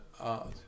art